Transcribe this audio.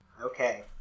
Okay